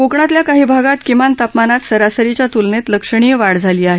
कोकणातल्या काही भागात किमान तापमानात सरासरीच्या तुलनेत लक्षणीय वाढ झाली आहे